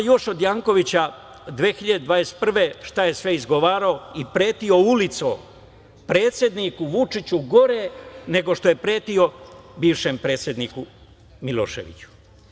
Ima još od Jankovića 2021. godine šta je sve izgovarao i pretio ulicom predsedniku Vučiću gore nego što je pretio bivšem predsedniku Miloševiću.